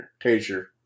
taser